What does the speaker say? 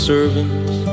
servants